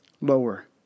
lower